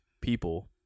people